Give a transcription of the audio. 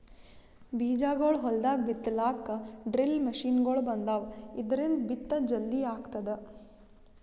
ಬೀಜಾಗೋಳ್ ಹೊಲ್ದಾಗ್ ಬಿತ್ತಲಾಕ್ ಡ್ರಿಲ್ ಮಷಿನ್ಗೊಳ್ ಬಂದಾವ್, ಇದ್ರಿಂದ್ ಬಿತ್ತದ್ ಜಲ್ದಿ ಆಗ್ತದ